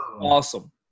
awesome